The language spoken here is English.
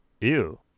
ew